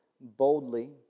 boldly